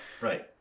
right